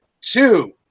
two